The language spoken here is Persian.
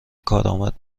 کارآمد